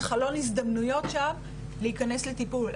זה חלון הזדמנויות להיכנס לטיפול.